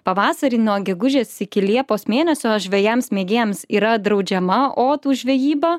pavasarį nuo gegužės iki liepos mėnesio žvejams mėgėjams yra draudžiama otų žvejyba